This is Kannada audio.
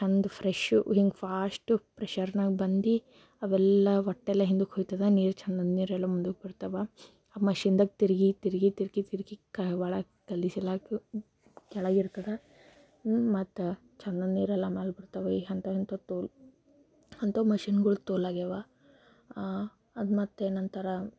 ಒಂದು ಫ್ರೆಶು ಹಿಂಗೆ ಫಾಸ್ಟು ಫ್ರೆಶರ್ನಾಗ ಬಂದು ಅವೆಲ್ಲ ಒಟ್ಟೆಲ್ಲ ಹಿಂದಕ್ಕೆ ಹೊಯ್ತದ ನೀರು ಚೆಂದದ್ದು ನೀರೆಲ್ಲ ಮುಂದಕ್ಕೆ ಬರ್ತವೆ ಆ ಮಷೀನ್ದಾಗ ತಿರುಗಿ ತಿರುಗಿ ತಿರುಗಿ ತಿರುಗಿ ಕ ಒಳಗೆ ಗಲೀಜು ಎಲ್ಲ ಕೆಳಗೆ ಇರಿತದೆ ಮತ್ತು ಚೆಂದದ ನೀರೆಲ್ಲ ಮ್ಯಾಲ ಬರ್ತವ ಈ ಅಂಥವು ಇಂಥವು ತೋಲ್ ಅಂಥವು ಮಷೀನ್ಗಳು ತೋಲ್ ಆಗ್ಯವ ಅದು ಮತ್ತು ಏನಂತಾರೆ